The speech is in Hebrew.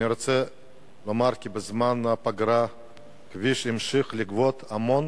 אני רוצה לומר כי בזמן הפגרה הכביש המשיך לגבות המון